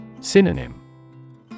Synonym